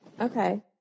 Okay